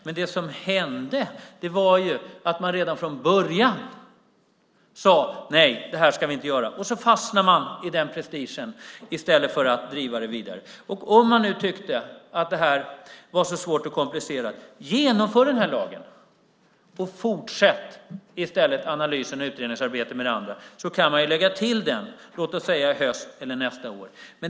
Men det som hände var att man redan från början sade: Nej, det här ska vi inte göra. Och så fastnade man i den prestigen i stället för att driva det vidare. Om man nu tyckte det här var så svårt och komplicerat, genomför då den här lagen, och fortsätt i stället analysen och utredningsarbetet med det andra så kan man lägga till den, låt oss säga i höst eller nästa år.